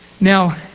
Now